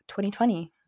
2020